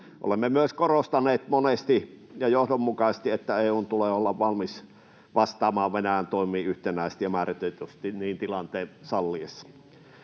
Olemme myös korostaneet monesti ja johdonmukaisesti, että EU:n tulee olla valmis vastaamaan Venäjän toimiin yhtenäisesti ja määrätietoisesti tilanteen niin salliessa.